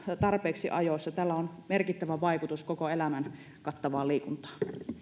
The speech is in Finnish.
tarpeeksi ajoissa tällä on merkittävä vaikutus koko elämän kattavaan liikuntaan